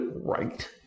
right